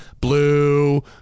blue